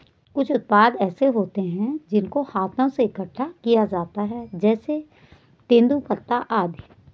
कुछ उत्पाद ऐसे होते हैं जिनको हाथों से इकट्ठा किया जाता है जैसे तेंदूपत्ता आदि